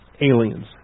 aliens